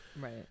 right